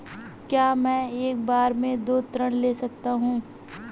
क्या मैं एक बार में दो ऋण ले सकता हूँ?